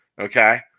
Okay